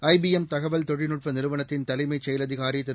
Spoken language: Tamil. ஐபிஎம் தகவல் தொழில்நுட்ப நிறுவனத்தின் தலைமைச் செயல் அதிகாரி திரு